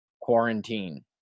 quarantine